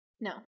No